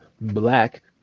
Black